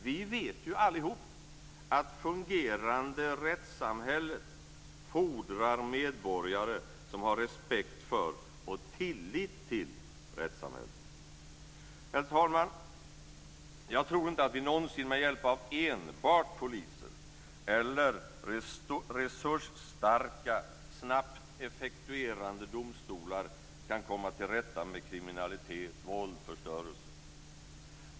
Vi vet ju allihop att det fungerande rättssamhället fordrar medborgare som har respekt för och tillit till rättssamhället. Herr talman! Jag tror inte att vi någonsin med hjälp av enbart poliser eller resursstarka, snabbt effektuerande domstolar kan komma till rätta med kriminalitet, våld och förstörelse.